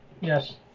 Yes